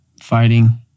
fighting